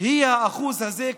הוא האחוז הזה,